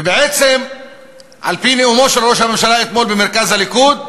ובעצם על-פי נאומו של ראש הממשלה אתמול במרכז הליכוד,